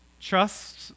Trust